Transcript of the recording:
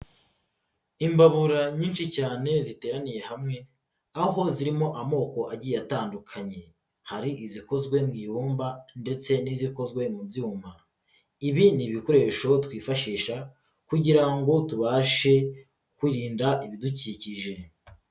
Imbabura nyinshi cyane ziteraniye hamwe aho zirimo amoko agiye atandukanye, hari izikozwe mu ibumba ndetse n'izikozwe mu byuma, ibi ni ibikoresho twifashisha kugira ngo tubashe kwirinda ibidukikije.